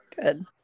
Good